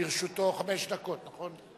לרשותו חמש דקות, נכון?